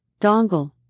dongle